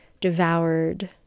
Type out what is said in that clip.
devoured